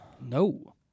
No